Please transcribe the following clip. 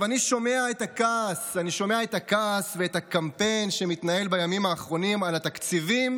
אני שומע את הכעס ואת הקמפיין שמתנהל בימים האחרונים על התקציבים